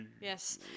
Yes